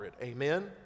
Amen